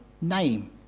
name